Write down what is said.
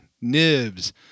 nibs